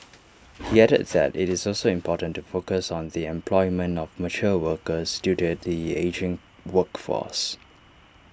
he added that IT is also important to focus on the employment of mature workers due to the ageing workforce